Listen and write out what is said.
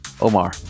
Omar